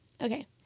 okay